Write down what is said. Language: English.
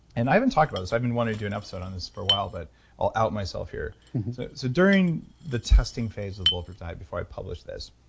and i haven't talked about this. i've been wanting to do an episode on this for a while, but i'll out myself here so during the testing phase of the bulletproof diet before i published this,